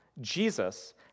Jesus